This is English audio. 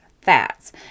fats